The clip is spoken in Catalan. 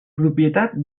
propietat